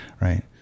Right